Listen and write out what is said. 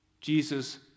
Jesus